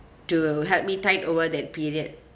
to help me tide over that period